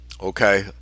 Okay